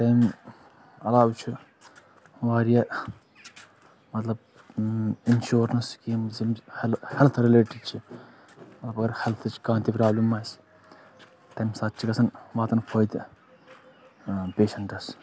تَمہِ علاوٕ چھِ واریاہ مطلب اِنشورنٕس سِکیٖمٕز یِم ہٮ۪ل ہٮ۪لٕتھ رٕلیٹٕڈ چھِ اب اَگر ہٮ۪لتھٕچ کانٛہہ تہِ پرٛابلِم آسہِ تَمہِ ساتہٕ چھِ گژھان واتان فٲیدٕ پیشنٛٹَس